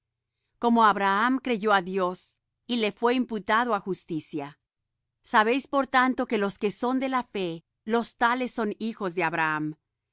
como abraham creyó á dios y le fué imputado á justicia sabéis por tanto que los que son de fe los tales son hijos de abraham